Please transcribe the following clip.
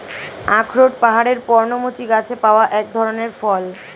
আখরোট পাহাড়ের পর্ণমোচী গাছে পাওয়া এক ধরনের ফল